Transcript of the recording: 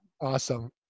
Awesome